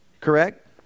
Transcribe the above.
Correct